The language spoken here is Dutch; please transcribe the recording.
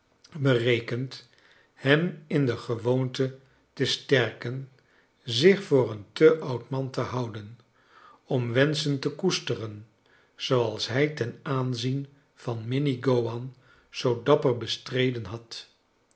berekend hem in de gewoonte te sterken zich voor een te oud man te houden om wenschen te koesteren zooals hij ten aanzien van minnie gowan zoo dapper bestreden had